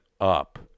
up